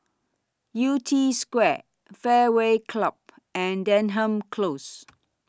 Yew Tee Square Fairway Club and Denham Close